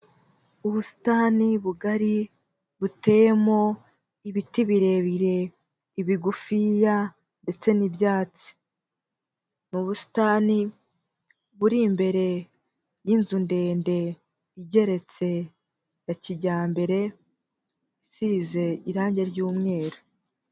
Ubusitani bugari buteyemo ibiti birebire, ibigufiya ndetse n'ibyatsi , mu busitani buri imbere y'inzu ndende igeretse ya kijyambere isize irangi ry'umweru.